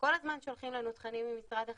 הזמן שולחים לנו תכנים ממשרד החינוך,